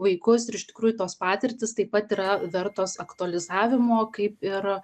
vaikus ir iš tikrųjų tos patirtys taip pat yra vertos aktualizavimo kaip ir